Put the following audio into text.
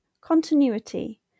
continuity